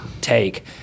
take